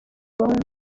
abahungu